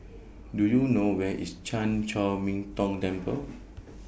Do YOU know Where IS Chan Chor Min Tong Temple